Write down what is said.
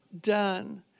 done